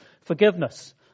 forgiveness